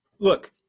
Look